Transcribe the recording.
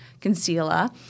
concealer